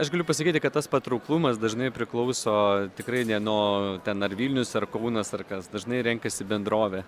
aš galiu pasakyti kad tas patrauklumas dažnai priklauso tikrai ne nuo ten ar vilnius ar kaunas ar kas dažnai renkasi bendrovė